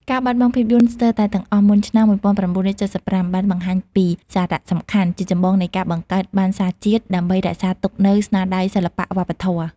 ការបាត់បង់ភាពយន្តស្ទើរតែទាំងអស់មុនឆ្នាំ ១៩៧៥ បានបង្ហាញពី សារៈសំខាន់ជាចម្បងនៃការបង្កើតបណ្ណសារជាតិ ដើម្បីរក្សាទុកនូវស្នាដៃសិល្បៈវប្បធម៌។